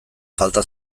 falta